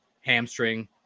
hamstring